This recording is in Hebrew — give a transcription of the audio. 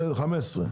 בסדר, 15 ₪?